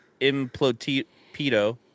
implotito